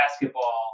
basketball